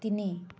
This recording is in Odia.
ତିନି